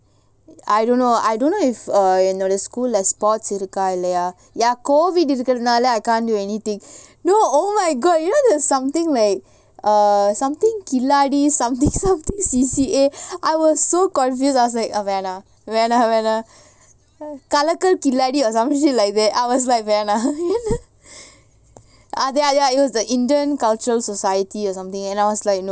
I don't know I don't know if err you know the என்னோட:ennoda school lah sports இருக்காஇல்லையா:iruka illaya ya COVID இருக்கதுனால:irukathunala then I can't do anything no oh my god you know something like err something கில்லாடி:killadi something something C_C_A I was so confused I was like or some shit like that I was like கலக்கல்கில்லாடி:kalakkal killadi ya ya it was the indian culture society or something and I was like no